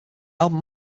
album